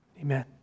Amen